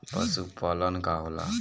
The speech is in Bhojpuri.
पशुपलन का होला?